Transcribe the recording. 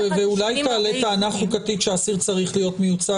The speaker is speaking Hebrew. ואולי תעלה טענה חוקתית שהאסיר צריך להיות מיוצג?